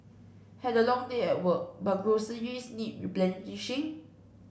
had a long day at work but groceries need replenishing